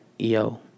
Yo